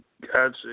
Gotcha